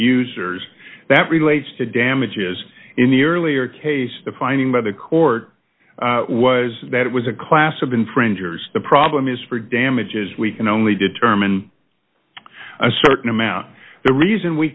users that relates to damages in the earlier case the finding by the court was that it was a class of infringers the problem is for damages we can only determine a certain amount the reason we